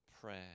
prayer